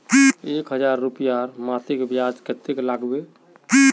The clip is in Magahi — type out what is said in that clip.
एक हजार रूपयार मासिक ब्याज कतेक लागबे?